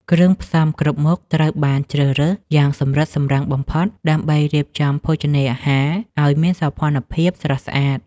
គ្រឿងផ្សំគ្រប់មុខត្រូវបានជ្រើសរើសយ៉ាងសម្រិតសម្រាំងបំផុត ដើម្បីរៀបចំភោជនីយអាហារឱ្យមានសោភ័ណភាពស្រស់ស្អាត។